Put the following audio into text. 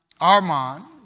Armand